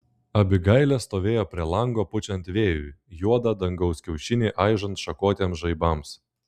abigailė stovėjo prie lango pučiant vėjui juodą dangaus kiaušinį aižant šakotiems žaibams